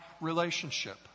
relationship